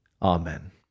Amen